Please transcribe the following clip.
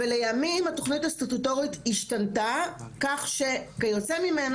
ולימים התוכנית הסטטוטורית השתנתה כך שכיוצא ממנה,